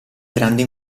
grande